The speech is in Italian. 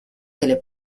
delle